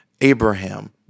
Abraham